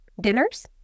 dinners